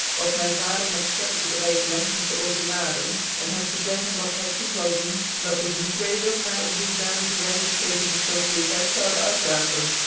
was mijn vader met fcherpc dreigementen te overladen cn hem te zeggen dat hy toe zou zien dat ik niet weder my op dusdaanigc wijze tegens de sociëteit zoude uitlaten